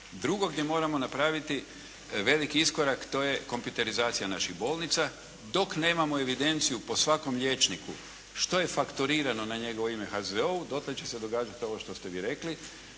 Drugo gdje moramo napraviti veliki iskorak to je kompjuterizacija naših bolnica. Dok nemamo evidenciju po svakom liječniku što je fakturirano na njegovo ime HZZO-u dotle će se događati ovo što ste vi rekli.